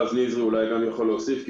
רז נזרי אולי יכול להוסיף עלינו,